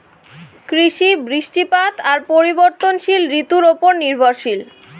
কৃষি, বৃষ্টিপাত আর পরিবর্তনশীল ঋতুর উপর নির্ভরশীল